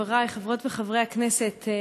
חברי חברות וחברי הכנסת,